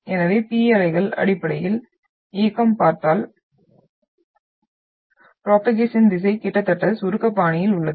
எனவே P அலைகள் அடிப்படையில் இயக்கம் பார்த்தால் ப்ரோபோகேஷன் திசை கிட்டத்தட்ட சுருக்க பாணியில் உள்ளது